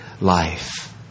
life